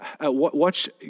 watch